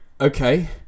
okay